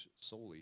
solely